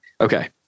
Okay